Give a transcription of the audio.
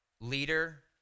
leader